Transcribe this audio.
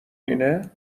اینه